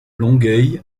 longueuil